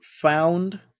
found